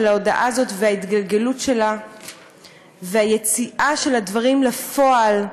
ההודעה הזאת וההתגלגלות שלה והיציאה של הדברים אל פועל,